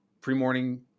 pre-morning